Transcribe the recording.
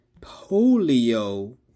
polio